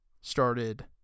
started